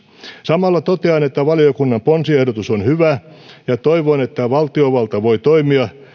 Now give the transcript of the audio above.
samalla totean että valiokunnan ponsiehdotus on hyvä ja toivon että valtiovalta voi toimia